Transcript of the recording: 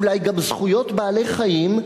אולי גם זכויות בעלי-חיים,